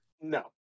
No